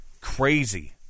Crazy